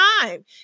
time